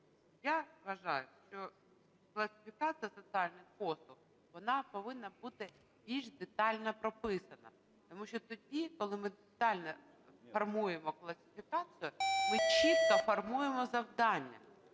Я вважаю, що класифікація соціальних послуг вона повинна бути більш детально прописана, тому що тоді, коли детально формуємо класифікацію, ми чітко формуємо завдання.